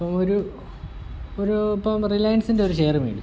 ഒരു ഒരു ഇപ്പം റിലയൻസിൻ്റെ ഒരു ഷെയർ മേടിച്ചു